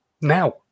now